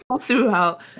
throughout